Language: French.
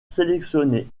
sélectionné